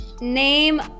Name